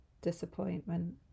disappointment